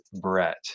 Brett